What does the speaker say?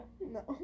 No